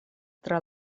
tra